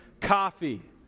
coffee